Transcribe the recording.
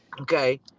Okay